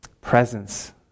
presence